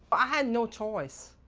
i had no choice.